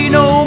no